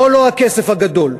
פה לא הכסף הגדול,